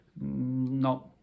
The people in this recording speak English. No